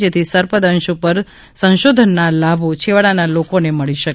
જેથી સર્પદંશ ઉપર સંશોધનના લાભો છેવાડાના લોકોને મળી શકે